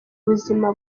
ubuzima